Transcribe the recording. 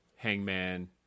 Hangman